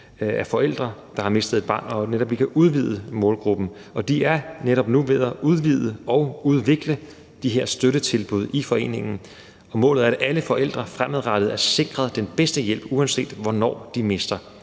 af forældre, der har mistet et barn, og kan udvide målgruppen. Og de er netop nu ved at udvide og udvikle de her støttetilbud i foreningen, og målet er, at alle forældre fremadrettet er sikret den bedste hjælp, uanset hvornår de mister.